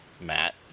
Matt